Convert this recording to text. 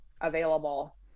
available